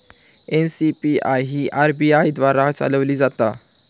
NCPI ही RBI द्वारा चालवली जाता